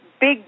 big